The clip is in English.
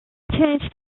change